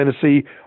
Tennessee